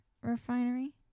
refinery